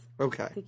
Okay